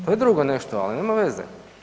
To je drugo nešto, ali nema veze.